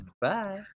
Bye